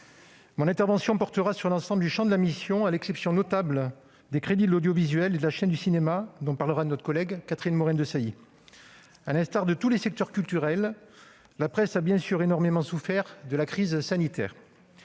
Mon intervention portera sur l'ensemble du champ de la mission, à l'exception notable des crédits de l'audiovisuel et de la chaîne du cinéma, dont parlera notre collègue Catherine Morin-Desailly. À l'instar de tous les secteurs culturels, la presse a bien sûr énormément souffert de la crise sanitaire.